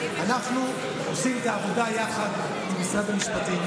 אנחנו עושים את העבודה יחד עם משרד המשפטים,